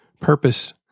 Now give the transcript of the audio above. purpose